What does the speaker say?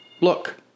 Look